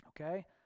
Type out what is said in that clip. okay